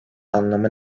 anlamı